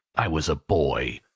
i was a boy,